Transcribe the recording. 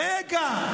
רגע,